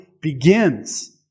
begins